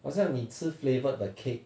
好像你吃 flavoured 的 cake